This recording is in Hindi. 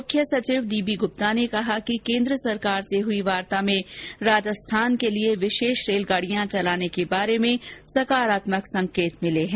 मुख्य सचिव डीबी गुप्ता ने कहा कि केंद्र सरकार से हुई वार्ता में राजस्थान के लिए विशेष रेलगाड़ियां चलाने के बारे में सकारात्मक संकेत मिले हैं